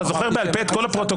אתה זוכר בעל פה את כל הפרוטוקולים,